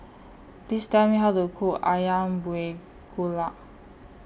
Please Tell Me How to Cook Ayam Buah Keluak